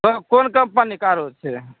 ओ कोन कम्पनीके आरो छै